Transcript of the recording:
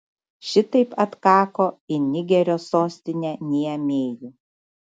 šitaip atkako į nigerio sostinę niamėjų